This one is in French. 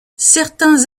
certains